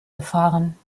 gefahren